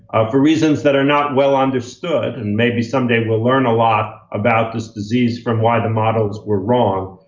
ah for reasons that are not well understood, and maybe someday we'll learn a lot about this disease from why the models were wrong,